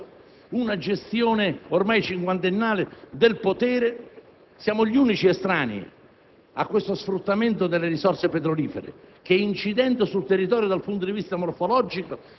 classi che si sono succedute attraverso una gestione ormai cinquantennale del potere, e a questo sfruttamento delle risorse petrolifere